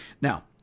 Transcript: Now